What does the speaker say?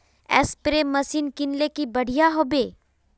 Spray machine किनले की बढ़िया होबवे?